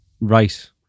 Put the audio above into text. Right